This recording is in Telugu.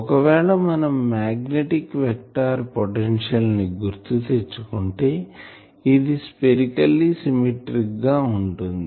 ఒకవేళ మనం మాగ్నెటిక్ వెక్టార్ పొటెన్షియల్ ని గుర్తు చేసుకుంటే ఇది స్పెరికెల్లిసిమెట్రిక్ గా ఉంటుంది